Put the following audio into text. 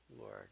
Lord